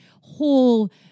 whole